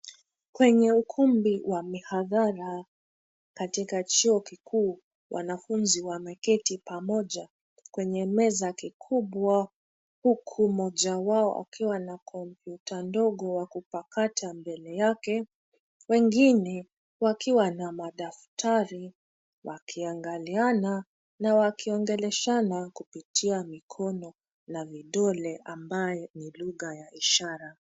Kwenye ukumbi wa mihadhara katika Chuo kikuu; wanafunzi wameketi pamoja kwenye meza kikubwa huku mmoja wao akiwa na kompyuta ndogo ya kupakata mbele yake, wengine wakiwa na madaftari; wakiangaliana na wakiongeleshana, kupitia mikono na vidole ambayo ni lugha ya ishara.